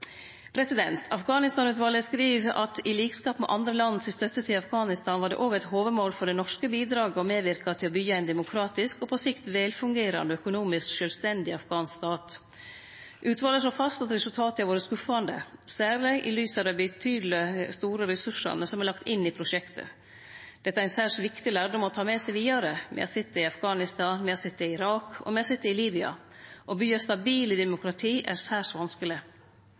skriv at i likskap med andre land si støtte til Afghanistan, var det òg eit hovudmål for det norske bidraget å medverke til å byggje ein demokratisk og på sikt vel fungerande økonomisk sjølvstendig afghansk stat. Utvalet slår fast at resultata har vore skuffande, særleg i lys av dei betydelege og store ressursane som er lagt inn i prosjektet. Dette er ein særs viktig lærdom å ta med seg vidare. Me har sett det i Afghanistan, me har sett det i Irak, og me har sett det i Libya. Å byggje stabile demokrati er særs vanskeleg.